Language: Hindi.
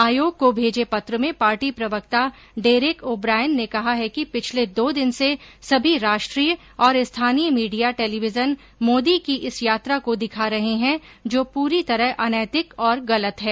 आयोग को भेजे पत्र में पार्टी प्रवक्ता डेरेक ओ ब्रायन ने कहा है कि पिछले दो दिन से सभी राष्ट्रीय और स्थानीय मीडिया टेलीविजन मोदी की इस यात्रा को दिखा रहे हैं जो पूरी तरह अनैतिक और गलत है